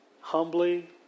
Humbly